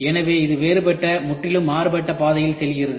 எனவே இது வேறுபட்ட முற்றிலும் மாறுபட்ட பாதையில் செல்கிறது